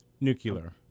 Nuclear